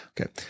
Okay